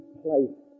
place